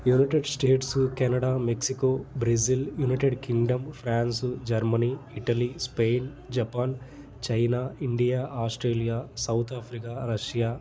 United States Canada Mexico Brazil United Kingdom France Germany Italy Spain Japan China India Australia South Africa Russia